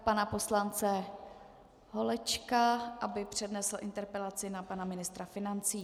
Pana poslance Holečka prosím, aby přednesl interpelaci na pana ministra financí.